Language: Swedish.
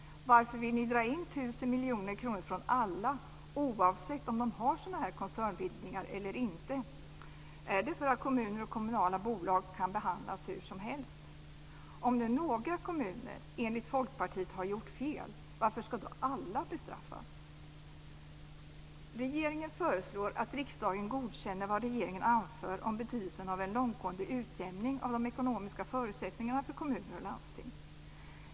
Varför vill ni dra in 1 miljard kronor från alla, oavsett om de har sådana här koncernbildningar eller inte? Är det för att kommuner och kommunala bolag kan behandlas hur som helst? Om nu några kommuner enligt Folkpartiet har gjort fel, varför ska då alla bestraffas? Regeringen föreslår att riksdagen godkänner vad regeringen anför om betydelsen av en långtgående utjämning av de ekonomiska förutsättningarna för kommuner och landsting.